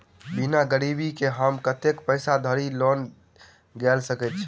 बिना गिरबी केँ हम कतेक पैसा धरि लोन गेल सकैत छी?